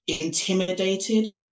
intimidated